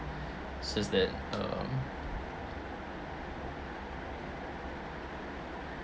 it's just that um